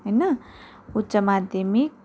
होइन उच्च माध्यमिक